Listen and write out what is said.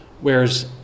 Whereas